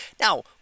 Now